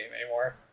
anymore